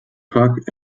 park